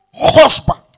husband